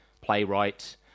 playwright